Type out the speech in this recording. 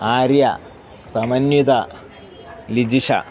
आर्य समन्विता लिजिषा